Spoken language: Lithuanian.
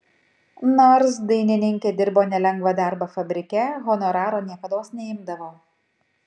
nors dainininkė dirbo nelengvą darbą fabrike honoraro niekados neimdavo